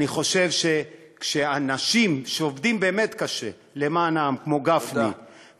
אני חושב שכשאנשים שעובדים באמת קשה למען העם כמו גפני,